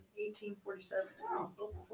1847